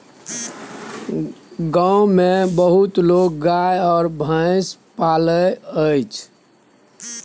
गाम मे बेसी लोक गाय आ महिष पोसय छै